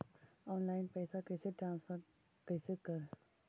Online पैसा कैसे transfer कैसे कर?